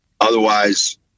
Otherwise